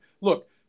Look